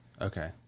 Okay